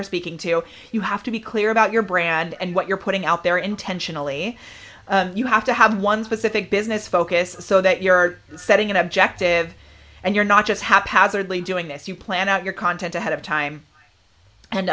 you're speaking to you have to be clear about your brand and what you're putting out there intentionally you have to have one specific business focus so that you're setting an objective and you're not just haphazardly doing this you plan out your content ahead of time and